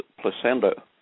placenta